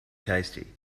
tasty